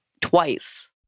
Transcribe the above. twice